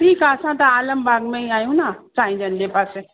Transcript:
ठीकु आहे असां त आलम बाग में ई आहियूं न साईं जन जे पासे